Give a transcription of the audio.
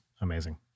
amazing